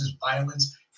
violence